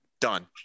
Done